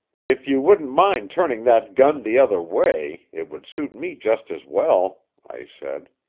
if you wouldn't mind turning that gun the other way, it would suit me just as well, i said.